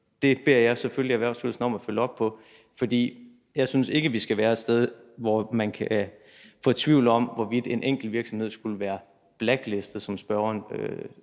det beder jeg selvfølgelig Erhvervsstyrelsen om at følge op på. For jeg synes ikke, vi skal være et sted, hvor man kan være i tvivl om, hvorvidt en enkelt virksomhed skulle være blacklistet, som spørgeren